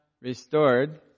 restored